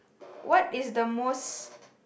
what is the most